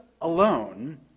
alone